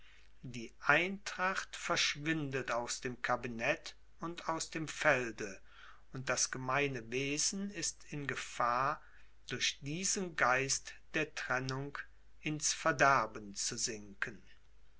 die eintracht verschwindet aus dem kabinet und aus dem felde und das gemeine wesen ist in gefahr durch diesen geist der trennung ins verderben zu sinken